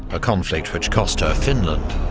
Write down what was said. a conflict which cost her finland.